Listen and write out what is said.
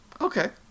Okay